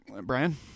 Brian